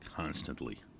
constantly